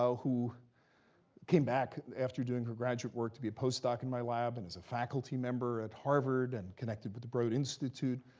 ah who came back after doing her graduate work to be a postdoc in my lab, and as a faculty member at harvard, and connected with the broad institute,